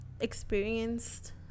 experienced